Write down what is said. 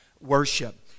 worship